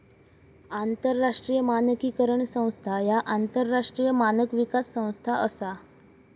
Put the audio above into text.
आंतरराष्ट्रीय मानकीकरण संस्था ह्या आंतरराष्ट्रीय मानक विकास संस्था असा